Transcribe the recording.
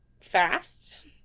fast